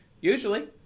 Usually